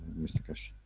mr. keshe.